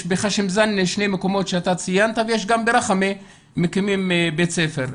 יש בחאשם זאנה שני מקומות שאתה ציינת וגם בראחמה מקימים בית ספר.